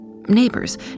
Neighbors